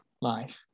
life